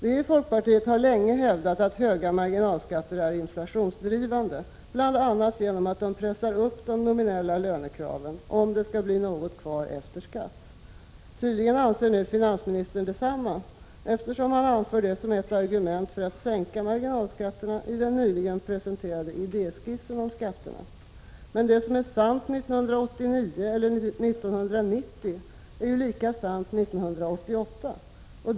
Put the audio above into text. Vi i folkpartiet har länge hävdat att höga marginalskatter är inflationsdrivande, bl.a. att de pressar upp de nominella lönekraven om det skall bli något kvar efter skatt. Tydligen anser nu finansministern detsamma, eftersom han anför detta som ett argument för att sänka marginalskatterna i den nyligen presenterade idéskissen om skatterna. Men det som är sant 1989 eller 1990 är lika sant 1988.